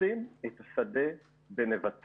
רוצות את השדה בנבטים.